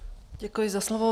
Děkuji za slovo.